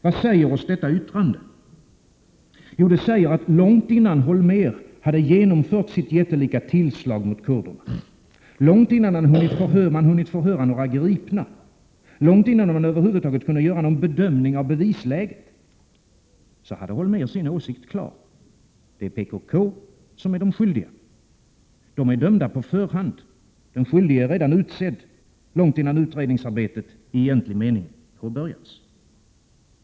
Vad säger oss detta yttrande? Det säger, att långt innan Holmér genomfört sitt jättelika tillslag mot kurderna, långt innan han hunnit förhöra några gripna, långt innan man över huvud kunde göra någon bedömning av bevisläget, har Holmér sin åsikt klar — det är i PKK man har de skyldiga. De är dömda på förhand. Den skyldige är redan utsedd, långt innan utredningsarbetet i egentlig mening påbörjats.